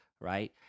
right